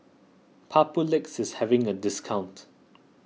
Papulex is having a discount